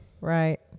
right